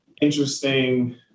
interesting